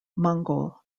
mongol